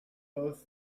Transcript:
both